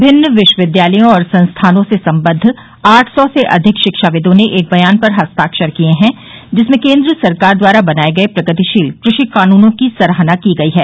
विभिन्न विश्वविद्यालयों और संस्थानों से संबद्ध आठ सौ से अधिक शिक्षाविदों ने एक बयान पर हस्ताक्षर किए हैं जिसमें केन्द्र सरकार द्वारा बनाये गये प्रगतिशील कृषि कानूनों की सराहना की गई है